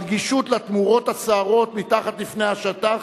הרגישות לתמורות הסוערות מתחת לפני השטח,